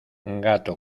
gato